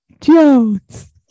jones